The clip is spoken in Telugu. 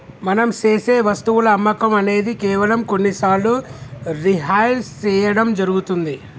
మనం సేసె వస్తువుల అమ్మకం అనేది కేవలం కొన్ని సార్లు రిహైర్ సేయడం జరుగుతుంది